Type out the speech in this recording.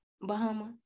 Bahamas